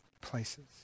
places